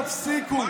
צבועים.